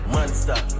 Monster